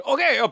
Okay